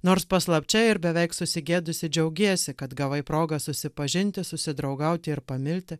nors paslapčia ir beveik susigėdusi džiaugiesi kad gavai progą susipažinti susidraugauti ir pamilti